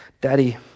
Daddy